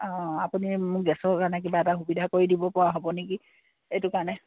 অঁ আপুনি মোক গেছৰ কাৰণে কিবা এটা সুবিধা কৰি দিব পৰা হ'ব নেকি এইটো কাৰণে